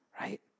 Right